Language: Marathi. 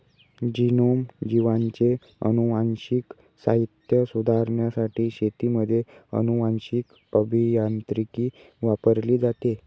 जीनोम, जीवांचे अनुवांशिक साहित्य सुधारण्यासाठी शेतीमध्ये अनुवांशीक अभियांत्रिकी वापरली जाते